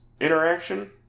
interaction